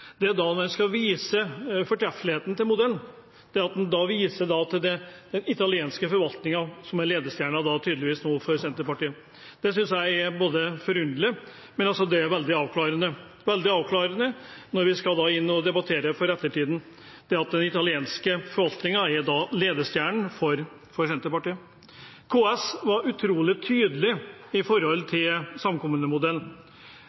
det som forundrer meg mest, er at når en da skal vise fortreffeligheten til modellen, så viser en til den italienske forvaltningen, som nå tydeligvis er ledestjernen for Senterpartiet. Det synes jeg er forunderlig, men det er også veldig avklarende, når vi skal inn og debattere for ettertiden, at den italienske forvaltningen da er ledestjernen for Senterpartiet. KS var utrolig tydelig